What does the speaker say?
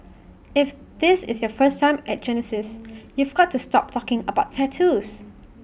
if this is your first time at Genesis you've got to stop talking about tattoos